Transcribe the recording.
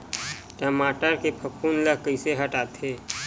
टमाटर के फफूंद ल कइसे हटाथे?